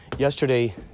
Yesterday